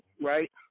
right